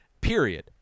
period